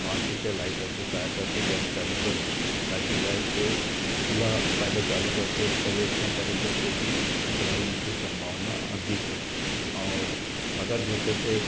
माचिस या लाइटर की सहायता से गएस चालू करें ताकि गएस को खुला पहले चालू करके उसका वेट ना करें जिससे की खतरा होने की संभावना अधिक हो और अगर धोखे से